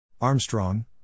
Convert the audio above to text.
Armstrong